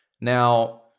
Now